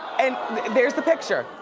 and there's the picture.